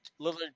Lillard